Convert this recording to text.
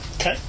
Okay